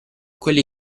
quelli